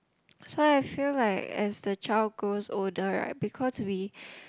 so I feel like as the child grows older